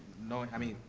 kno and i mean,